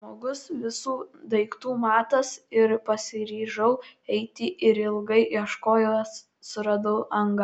žmogus visų daiktų matas ir pasiryžau eiti ir ilgai ieškojęs suradau angą